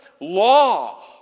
law